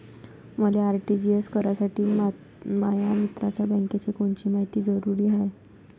मले आर.टी.जी.एस करासाठी माया मित्राच्या बँकेची कोनची मायती जरुरी हाय?